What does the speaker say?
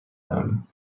them